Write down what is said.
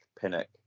Pinnock